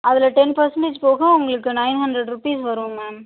அதில் ten percentage போக உங்களுக்கு நைன் ஹண்ட்ரட் ருபீஸ் வரும் மேம்